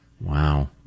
Wow